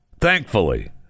thankfully